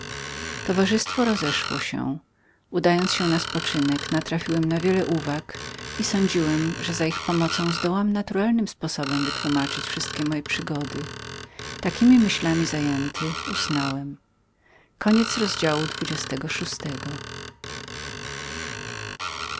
towarzystwo rozeszło się udając się na spoczynek natrafiłem na wiele uwag za pomocą których sądziłem że zdołam naturalnym sposobem wytłumaczyć wszystkie moje przygody takiemi myślami zajęty usnąłem